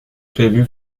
prévu